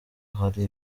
hari